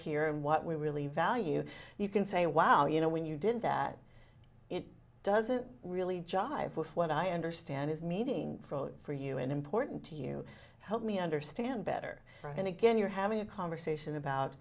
here and what we really value you can say wow you know when you did that it doesn't really jive with what i understand is meaning for you and important to you help me understand better and again you're having a conversation about